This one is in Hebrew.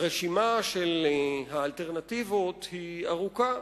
הרשימה של האלטרנטיבות ארוכה.